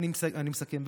אני מסכם,